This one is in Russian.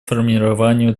формированию